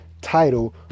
title